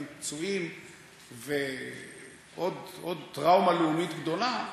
פצועים ועוד טראומה לאומית גדולה,